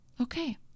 Okay